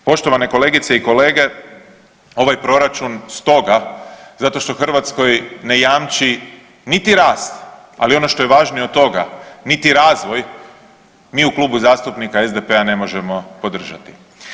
Poštovane kolegice i kolege, ovaj proračun stoga zato što Hrvatskoj ne jamči niti rast, ali ono što je važnije od toga niti razvoj, mi u Klubu zastupnika SDP-a ne možemo podržati.